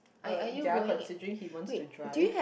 uh ya considering he wants to drive